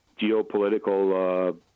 geopolitical